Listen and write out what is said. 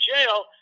jail